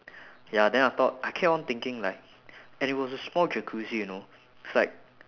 ya then I thought I kept on thinking like and it was a small jacuzzi you know it's like